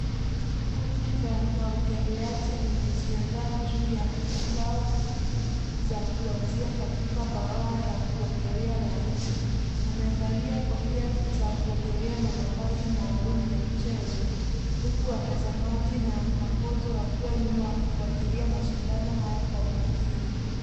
Kundi la waogeleaji limejiandaa juu ya mbao za kuanzaia katika bwawa la kuogelea la nje, wamevalia kofia za kuogelea na mavazi maalum ya mchezo huku watazamaji na makocha wakiwa nyuma wakifuatilia mashindano haya kwa makini.